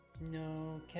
no